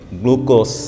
glucose